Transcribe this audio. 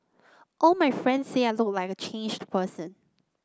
all my friends say I look like a changed person